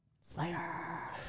Slayer